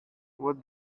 what